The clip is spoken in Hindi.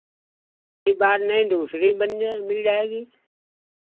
बाद में दूसरी बन जाए मिल जाएगी